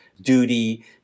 duty